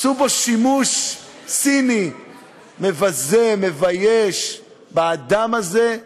עשו בו שימוש ציני, מבזה, מבייש, באדם הזה,